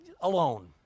alone